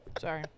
Sorry